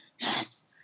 yes